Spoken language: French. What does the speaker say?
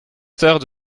stars